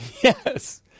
yes